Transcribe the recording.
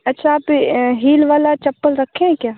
अच्छा आप हील वाला चप्पल रखे हैं क्या